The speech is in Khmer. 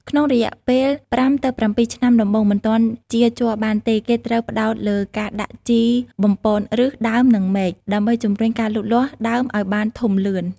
ក្នុងរយៈពេល ៥ ទៅ ៧ ឆ្នាំដំបូងមិនទាន់ចៀរជ័របានទេ គេត្រូវផ្តោតលើការដាក់ជីបំប៉នឫស ដើម និងមែក ដើម្បីជំរុញការលូតលាស់ដើមឱ្យបានធំលឿន។